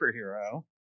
superhero